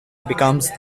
becomes